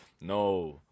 No